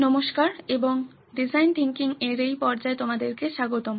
নমস্কার এবং design thinking এর এই পর্যায়ে তোমাদেরকে স্বাগতম